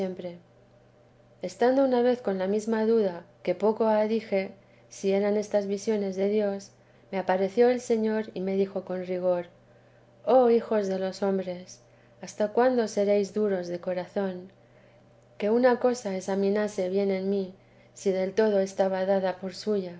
estando una vez con la mesma duda que poco ha dije si eran estas visiones de dios me apareció el señor y me dijo con rigor oh hijos de los hombres hasta cuándo seréis daros de corazón que una cosa examinase bien en mí si del todo estaba dada por suya